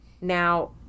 Now